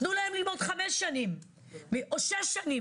תנו להם ללמוד חמש שנים או שש שנים,